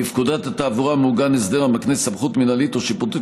בפקודת התעבורה מעוגן הסדר המקנה סמכות מינהלית או שיפוטית